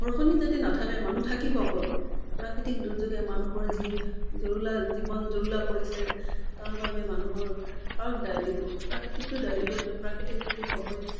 ঘৰখনেই যদি নাথাকে মানুহ থাকিব ক'ত প্ৰাকৃতিক দুৰ্যোগে মানুহৰ যি জুৰুলা জীৱন জুৰুলা কৰিছে তাৰ বাবে মানুহৰ কাক দায় দিব প্ৰকৃতিকটো দায় দিব নোৱাৰি প্ৰাকৃতিক দুৰ্যোগ হবয়ে